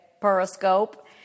Periscope